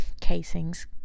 casings